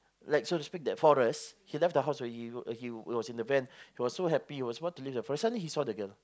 like so to speak that forest he left the house already he was he was in the van he was so happy he was about to leave the forest suddenly he saw the girl